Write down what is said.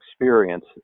experience